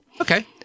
okay